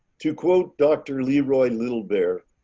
to quote, dr. leroy little bear,